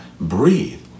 breathe